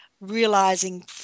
realizing